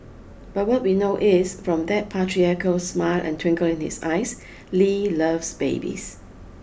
but what we know is from that patriarchal smile and twinkle in his eyes Lee loves babies